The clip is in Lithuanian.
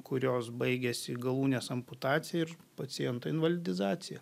kurios baigiasi galūnės amputacija ir paciento invalidizacija